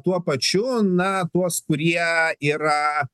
tuo pačiu na tuos kurie yra